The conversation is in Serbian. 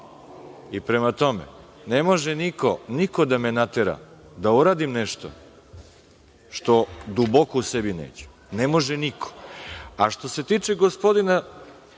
i, prema tome, ne može niko da me natera da uradim nešto što duboko u sebi neću. Što se tiče gospodina